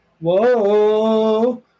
Whoa